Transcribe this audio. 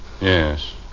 Yes